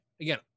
Again